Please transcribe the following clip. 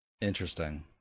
Interesting